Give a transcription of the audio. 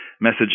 message